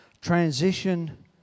transition